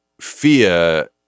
fear